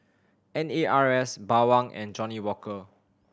N A R S Bawang and Johnnie Walker